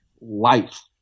life